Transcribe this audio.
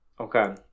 okay